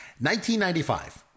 1995